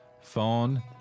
phone